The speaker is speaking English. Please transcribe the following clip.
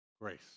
grace